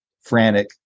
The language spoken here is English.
frantic